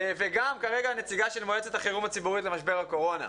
וגם כרגע נציגה של מועצת החירום הציבורית למשבר הקורונה.